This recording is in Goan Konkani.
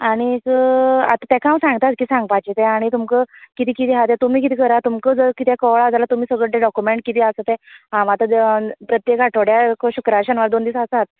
आनीक आतां तेका हांव सांगता कित सांगपाचें तें आनी तुमकां कितें कितें आहा तें तुमी कितें करा तुमकां जर कितें कवळां जाल्यार जाल्यार तुमी तें सगळें डोक्यूमंट सगळें कितें आसा तें हांव आतां जर प्रत्येक आठोवड्याक शुक्रार शेनवार दोन दीस आसात